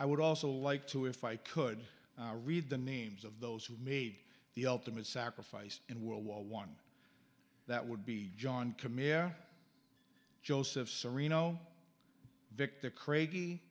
i would also like to if i could read the names of those who made the ultimate sacrifice in world war one that would be john c'mere joseph serino victor cra